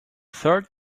third